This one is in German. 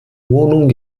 wohnung